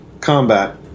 Combat